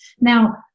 Now